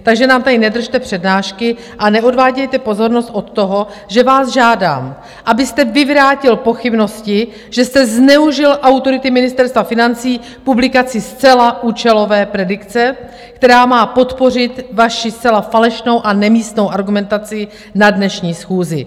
Takže nám tady nedržte přednášky a neodvádějte pozornost od toho, že vás žádám, abyste vyvrátil pochybnosti, že jste zneužil autority Ministerstva financí k publikaci zcela účelové predikce, která má podpořit vaši zcela falešnou a nemístnou argumentaci na dnešní schůzi.